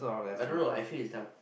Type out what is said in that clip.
I don't know I feel he's dumb